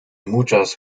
muchas